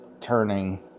turning